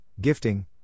gifting